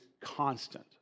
constant